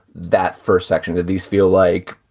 that first section? did these feel like,